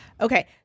Okay